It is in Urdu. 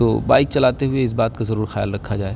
تو بائک چلاتے ہوئے اس بات کا ضرور خیال رکھا جائے